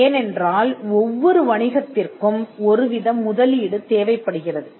ஏனென்றால் ஒவ்வொரு வணிகத்திற்கும் ஒரு வித முதலீடு தேவைப்படுகிறது